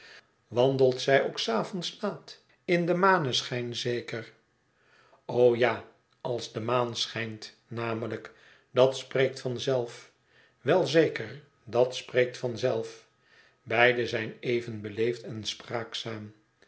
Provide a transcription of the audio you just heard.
wandelt zij ook s avonds laat in den maneschijn zeker o ja als de maan schijnt namelijk dat spreekt van zelf wel zeker dat spreekt van zelf beide zijn even beleefd en spraakzaam